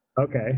okay